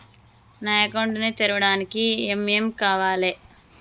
నా అకౌంట్ ని తెరవడానికి ఏం ఏం కావాలే?